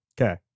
Okay